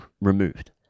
removed